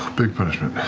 big punishment,